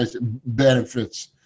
benefits